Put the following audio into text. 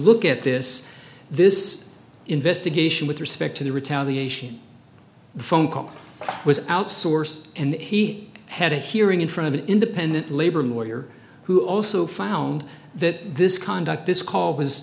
look at this this investigation with respect to the retaliation the phone call was outsourced and he had a hearing in front of an independent labor more year who also found that this conduct this call was